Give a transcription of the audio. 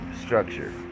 structure